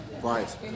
right